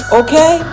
okay